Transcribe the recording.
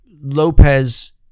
Lopez